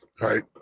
right